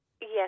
Yes